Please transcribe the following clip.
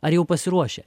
ar jau pasiruošę